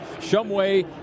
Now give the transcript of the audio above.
Shumway